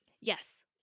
Yes